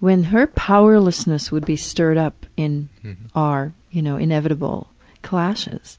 when her powerlessness would be stirred up in our, you know, inevitable clashes,